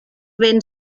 ben